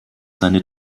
seine